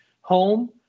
home